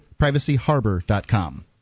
Privacyharbor.com